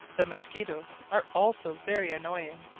the mosquitoes are also very annoying.